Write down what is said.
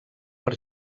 per